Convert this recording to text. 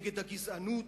נגד הגזענות,